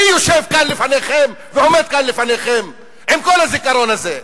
אני יושב כאן לפניכם ועומד כאן לפניכם עם כל הזיכרון הזה.